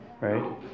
right